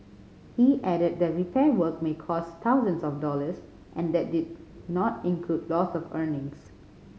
he added that repair work may cost thousands of dollars and that did not include loss of earnings